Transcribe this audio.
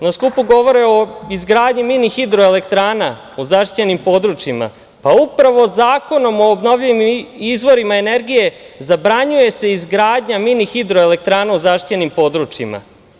Na skupu govore o izgradnji mini hidroelektrana o zaštićenim područjima, pa upravo Zakonom o obnovljivim izvorima energije zabranjuje se izgradnja mini hidroelektrana u zaštićenim područjima.